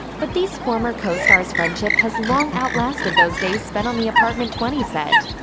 but these former co-stars' friendship has long outlasted those days spent on the apartment twenty set.